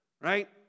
Right